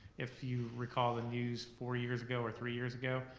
if you recall the news four years ago or three years ago,